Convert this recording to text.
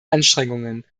anstrengungen